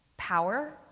power